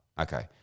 Okay